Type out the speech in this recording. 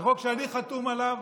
זה חוק שאני חתום עליו,